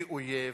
כאויב,